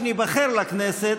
כשניבחר לכנסת,